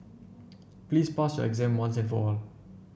please pass your exam once and for all